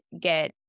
get